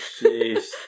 Jeez